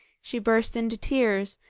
she burst into tears,